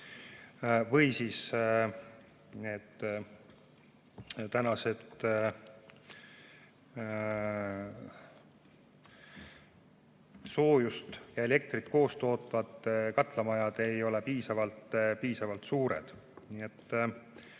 või siis ei ole soojust ja elektrit koos tootvad katlamajad piisavalt suured.